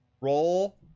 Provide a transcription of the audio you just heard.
Roll